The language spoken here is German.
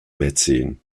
mäzen